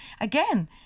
again